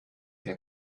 der